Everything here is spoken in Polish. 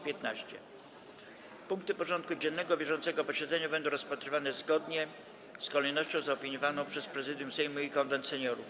Punkty porządku dziennego bieżącego posiedzenia będą rozpatrywane zgodnie z kolejnością zaopiniowaną przez Prezydium Sejmu i Konwent Seniorów.